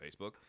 facebook